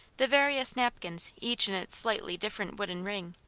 the various napkins each in its slightly different wooden ring.